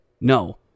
no